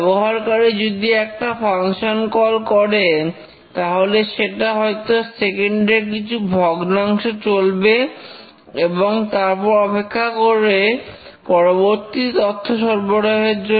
ব্যবহারকারী যদি একটা ফাংশন কল করে তাহলে সেটা হয়তো সেকেন্ডের কিছু ভগ্নাংশ চলবে এবং তারপর অপেক্ষা করে পরবর্তী তথ্য সরবরাহের জন্য